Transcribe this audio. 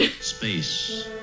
Space